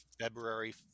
february